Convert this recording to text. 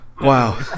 Wow